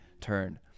turn